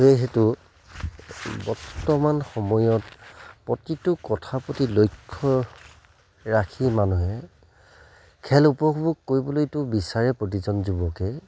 যিহেতু বৰ্তমান সময়ত প্ৰতিটো কথা প্ৰতি লক্ষ্য ৰাখি মানুহে খেল উপভোগ কৰিবলৈতো বিচাৰে প্ৰতিজন যুৱকেই